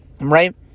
right